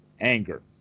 anger